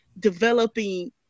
developing